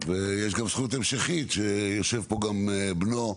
ויש גם זכות המשכית, שיושב פה גם בנו,